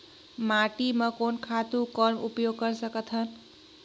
माटी म कोन खातु कौन उपयोग कर सकथन?